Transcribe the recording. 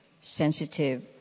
sensitive